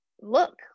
look